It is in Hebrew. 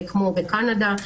כמו בקנדה.